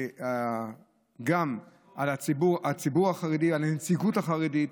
גם על הנציגות החרדית,